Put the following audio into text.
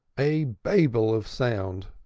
a babel of sound,